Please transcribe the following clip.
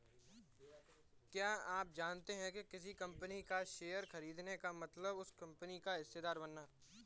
क्या आप जानते है किसी कंपनी का शेयर खरीदने का मतलब उस कंपनी का हिस्सेदार बनना?